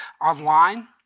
online